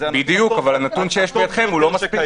הנתון לא מספיק.